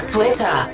Twitter